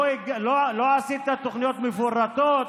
לא עשית תוכניות מפורטות,